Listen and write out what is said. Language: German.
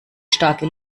starke